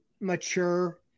mature